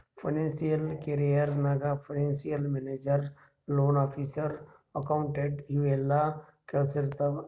financial career ನಾಗ್ financial manager, loan officer, accountant ಇವು ಎಲ್ಲಾ ಕೆಲ್ಸಾ ಇರ್ತಾವ್